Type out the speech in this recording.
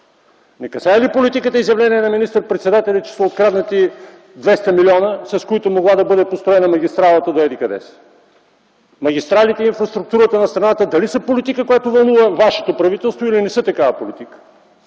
Не касае ли политиката изявлението на министър-председателя, че са откраднати 200 милиона, с които е могло да бъде построена магистралата до еди-къде си? Магистралите и инфраструктурата на държавата дали са политика, която вълнува вашето правителство, или не са такава политика?